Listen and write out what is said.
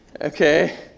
Okay